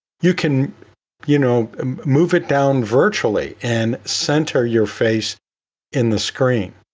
you can you know um move it down virtually and center your face in the screen.